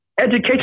education